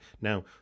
Now